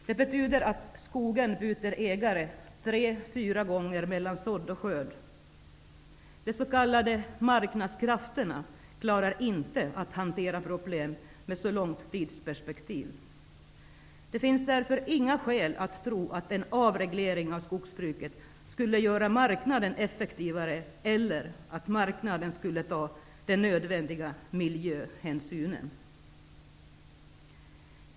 Det betyder att skogen byter ägare tre fyra gånger mellan sådd och skörd. De s.k. marknadskrafterna klarar inte att hantera problem med så långt tidsperspektiv. Det finns därför inga skäl att tro att en avreglering av skogsbruket skulle göra marknaden effektivare eller att marknaden skulle ta de nödvändiga miljöhänsynen.